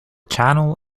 channel